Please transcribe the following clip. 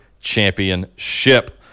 championship